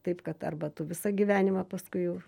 taip kad arba tu visą gyvenimą paskui jau